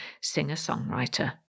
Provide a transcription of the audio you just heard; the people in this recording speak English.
singer-songwriter